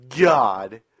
God